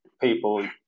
people